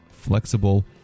flexible